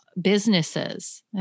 businesses